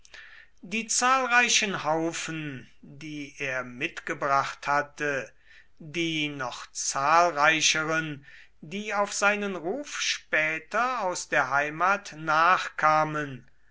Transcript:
die zahlreichen haufen die er mitgebracht hatte die noch zahlreicheren die auf seinen ruf später aus der heimat nachkamen